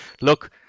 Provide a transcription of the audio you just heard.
look